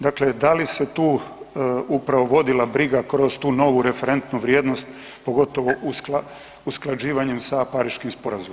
Dakle, da li se tu upravo vodila briga kroz tu novu referentnu vrijednost, pogotovo usklađivanjem sa Pariškim sporazumom?